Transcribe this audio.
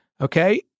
Okay